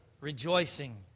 rejoicing